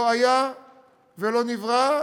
לא היה ולא נברא.